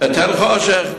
היטל חושך,